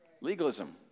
Legalism